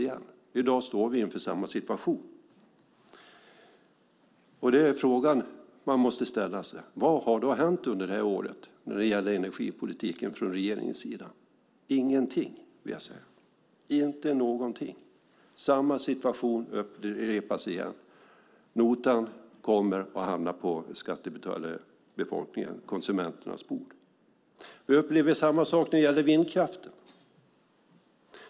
I dag står vi inför samma situation. Frågan man måste ställa sig är vad som hänt under det gångna året vad gäller energipolitiken från regeringens sida. Ingenting, vill jag säga, inte någonting. Samma situation upprepas. Notan kommer att hamna på konsumenternas bord. Samma sak gäller vindkraften.